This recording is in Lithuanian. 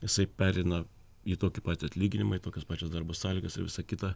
jisai pereina į tokį patį atlyginimą į tokias pačias darbo sąlygas ir visa kita